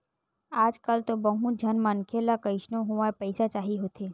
आजकल तो बहुत झन मनखे ल कइसनो होवय पइसा चाही होथे